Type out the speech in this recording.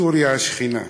בסוריה השכנה.